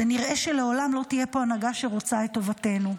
זה נראה שלעולם לא תהיה פה הנהגה שרוצה את טובתנו,